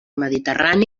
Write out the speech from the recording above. mediterrani